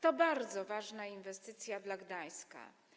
To bardzo ważna inwestycja dla Gdańska.